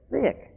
thick